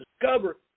discover